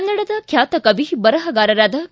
ಕನ್ನಡದ ಖ್ಯಾತ ಕವಿ ಬರಹಗಾರರಾದ ಕೆ